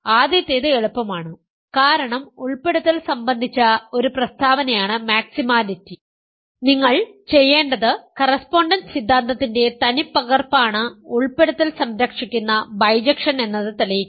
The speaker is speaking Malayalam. ആദ്യത്തേത് എളുപ്പമാണ് കാരണം ഉൾപ്പെടുത്തൽ സംബന്ധിച്ച ഒരു പ്രസ്താവനയാണ് മാക്സിമാലിറ്റി നിങ്ങൾ ചെയ്യേണ്ടത് കറസ്പോണ്ടൻസ് സിദ്ധാന്തത്തിന്റെ തനിപ്പകർപ്പാണ് ഉൾപ്പെടുത്തൽ സംരക്ഷിക്കുന്ന ബൈജക്ഷൻ എന്നത് തെളിയിക്കണം